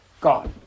God